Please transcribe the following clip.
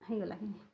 ହେଇଗଲା କେଁଯେ